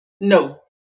No